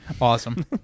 Awesome